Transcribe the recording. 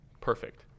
perfect